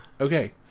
Okay